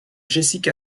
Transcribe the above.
jessica